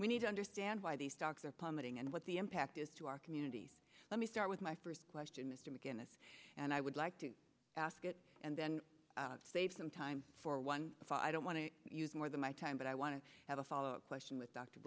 we need to understand why these stocks are plummeting and what the impact is to our communities let me start with my first question mr mcginnis and i would like to ask it and then save some time for one if i don't want to use more than my time but i want to have a follow up question with d